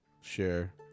Share